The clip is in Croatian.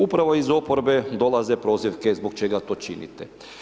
Upravo iz oporbe dolaze prozivke zbog čega to činite.